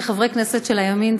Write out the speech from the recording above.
כחברי כנסת של הימין,